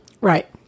Right